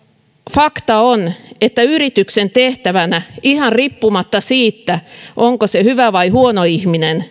fakta on että yrityksen tehtävänä ihan riippumatta siitä onko työnantaja hyvä vai huono ihminen